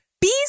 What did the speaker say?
bees